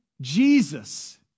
Jesus